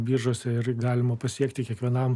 biržose ir galima pasiekti kiekvienam